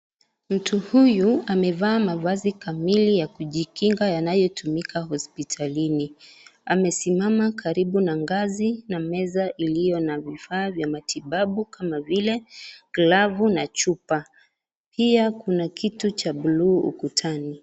Mtu huyu amevaa mavazi kamili yakujikinga yanayo tumika hospitalini, amesimama karibu na ngazi na meza iliyo na vifaa vya matibabu kama vile, glavu na chupa pia kuna kitu cha blue ukutani.